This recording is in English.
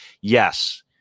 Yes